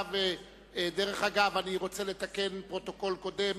דרך אגב, אני רוצה לתקן פרוטוקול קודם.